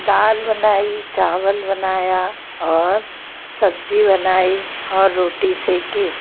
दाल बनाई चावल बनाया और सब्ज़ी बनाई और रोटी सेंकी